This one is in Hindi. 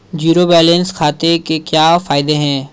ज़ीरो बैलेंस खाते के क्या फायदे हैं?